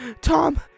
Tom